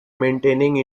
maintaining